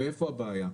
ואיפה הבעיה?